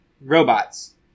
Robots